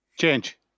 Change